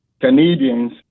Canadians